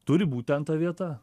turi būt ten ta vieta